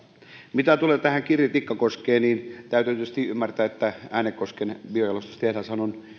mitä tulee tähän kirri tikkakoskeen niin täytyy tietysti ymmärtää että äänekosken biojalostustehdashan on